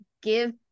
give